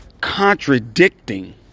contradicting